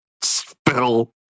spill